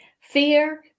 Fear